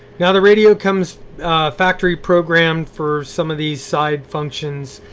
now the radio comes factory-programmed for some of these side functions.